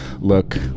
look